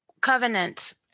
covenants